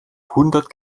hundert